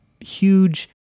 huge